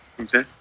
Okay